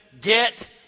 get